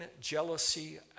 jealousy